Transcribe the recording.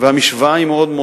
המשוואה היא מאוד מאוד